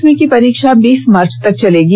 दसवीं की परीक्षा बीस मार्च तक चलेगी